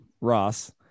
Ross